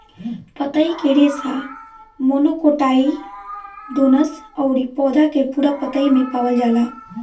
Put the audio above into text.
पतई के रेशा मोनोकोटाइलडोनस अउरी पौधा के पूरा पतई में पावल जाला